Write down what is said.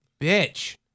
Bitch